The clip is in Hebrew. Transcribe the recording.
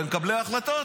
למקבלי ההחלטות,